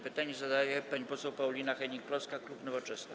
Pytanie zadaje pani poseł Paulina Hennig-Kloska, klub Nowoczesna.